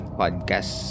podcast